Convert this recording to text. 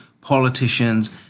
politicians